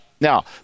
Now